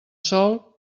sol